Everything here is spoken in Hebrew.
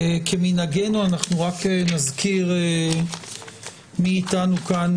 כמנהגנו, נזכיר מי איתנו כאן